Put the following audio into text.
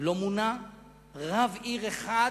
לא מונה רב עיר אחד,